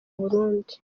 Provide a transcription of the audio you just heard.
burundi